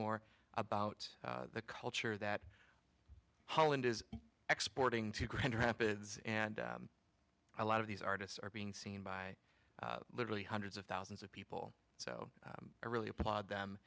more about the culture that holland is exporting to grand rapids and a lot of these artists are being seen by literally hundreds of thousands of people so i really applaud them